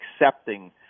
accepting